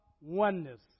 oneness